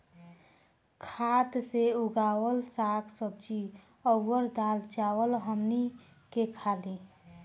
खाद से उगावल साग सब्जी अउर दाल चावल हमनी के खानी